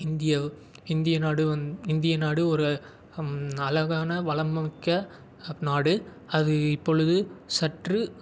India இந்திய நாடு வந்து இந்திய நாடு ஒரு அழகான வளமைமிக்க நாடு அது இப்பொழுது சற்று